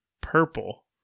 purple